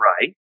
right